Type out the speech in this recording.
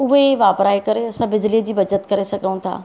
उहे वापराए करे असां बिजली जी बचति करे सघूं था